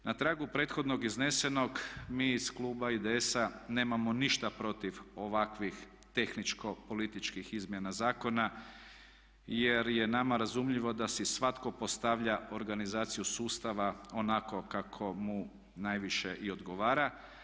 Na tragu prethodno iznesenog mi iz kluba IDS-a nemamo ništa protiv ovakvih tehničko-političkih izmjena zakona jer je nama razumljivo da si svatko postavlja organizaciju sustava onako kako mu najviše i odgovara.